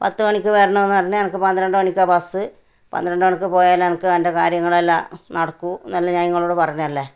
പത്ത് മണിക്ക് വരണമെന്ന് പറഞ്ഞ് എനിക്ക് പന്ത്രണ്ട് മണിക്കാ ബസ്സ് പന്ത്രണ്ട് മണിക്ക് പോയാലെ എനിക്ക് എന്റെ കാര്യങ്ങളെല്ലാം നടക്കു എന്നെല്ലാം ഞാന് നിങ്ങളോട് പറഞ്ഞതല്ലേ